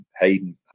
Hayden